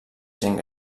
gent